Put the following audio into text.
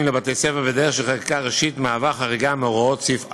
לבתי-ספר בדרך של חקיקה ראשית מהווה חריגה מהוראות סעיף 4(א)